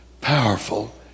powerful